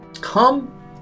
Come